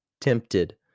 tempted